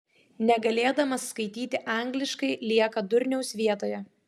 negalėdamas skaityti angliškai lieka durniaus vietoje